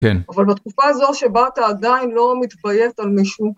כן. -אבל בתקופה הזו, שבה אתה עדיין לא מתביית על מישהו.